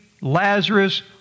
Lazarus